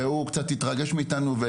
והוא קצת התרגש מאתנו.